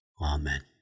Amen